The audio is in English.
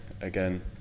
again